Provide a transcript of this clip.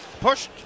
pushed